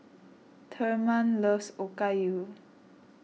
Thurman loves Okayu